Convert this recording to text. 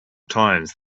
times